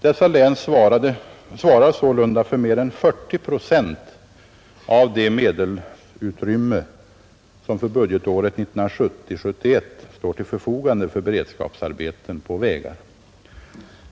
Dessa län svarar sålunda för mer än 40 procent av det medelsutrymme som för budgetåret 1970/71 står till förfogande för beredskapsarbeten på vägar.